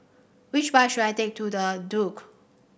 which bus should I take to The Duke